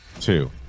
two